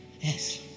Yes